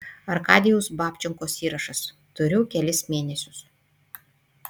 arkadijaus babčenkos įrašas turiu kelis mėnesius